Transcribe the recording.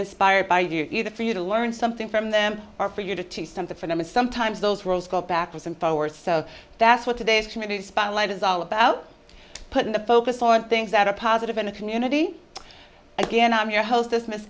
inspired by you to for you to learn something from them or for you to teach something for them and sometimes those worlds go backwards and forwards so that's what today's community spotlight is all about putting the focus on things that are positive in a community again i'm your host this miss